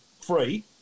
free